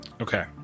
Okay